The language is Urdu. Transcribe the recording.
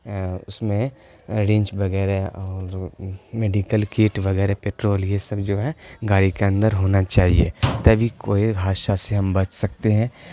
اس میں ڑینچ وغیرہ اور میڈیکل کیٹ وغیرہ پٹرول یہ سب جو ہے گاڑی کے اندر ہونا چاہیے تبھی کوئی حادثہ سے ہم بچ سکتے ہیں